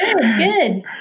Good